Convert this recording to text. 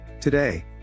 today